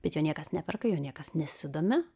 bet jo niekas neperka juo niekas nesidomi